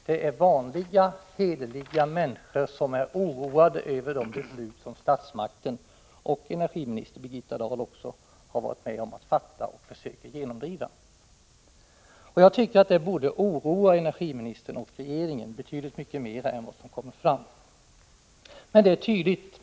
Det är vanliga hederliga människor som är oroade över de beslut som statsmakten och även energiministern Birgitta Dahl har varit med om att fatta och försöka genomdriva. Jag tycker att detta borde oroa energiministern och regeringen betydligt mycket mer än vad som här framkommer.